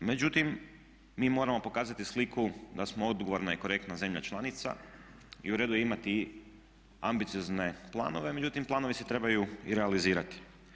Međutim, mi moramo pokazati sliku da smo odgovorna i korektna zemlja članica i u redu je imati ambiciozne planove međutim planovi se trebaju i realizirati.